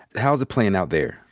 how is playing out there?